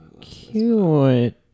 Cute